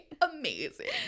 amazing